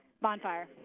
Bonfire